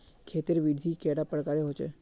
खेत तेर विधि कैडा प्रकारेर होचे?